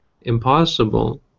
impossible